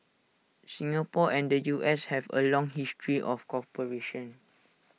Singapore and the U S have A long history of cooperation